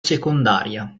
secondaria